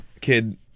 kid